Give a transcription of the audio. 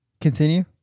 continue